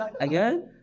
Again